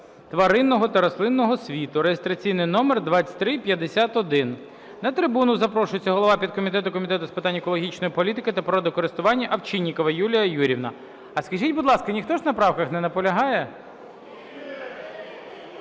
тваринного та рослинного світу) (реєстраційний номер 2351). На трибуну запрошується голова підкомітету Комітету з питань екологічної політики та природокористування Овчинникова Юлія Юріївна. А скажіть, будь ласка, ніхто ж на правках не наполягає?